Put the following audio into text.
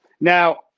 now